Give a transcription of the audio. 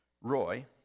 Roy